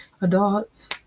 adults